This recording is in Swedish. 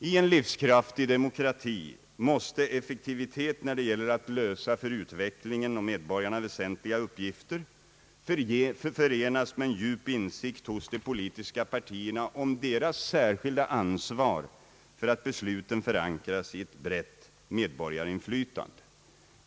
I en livskraftig demokrati måste effektivitet när det gäller att lösa för utvecklingen och för medborgarna värsentliga uppgifter förenas med en djup insikt hos de politiska partierna om deras särskilda ansvar för att besluten förankras i ett brett medborgarinflytande.